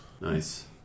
Nice